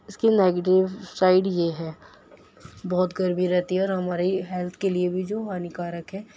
اس کی negative side یہ ہے بہت گرمی رہتی ہے اور ہماری ہیلتھ کے لیے بھی جو ہانیکارک ہے